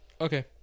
Okay